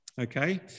okay